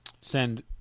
Send